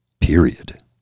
Period